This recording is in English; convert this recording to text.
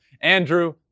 Andrew